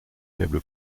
faible